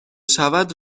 شود